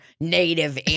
native